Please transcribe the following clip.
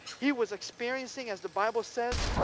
he was experiencing as the bible says,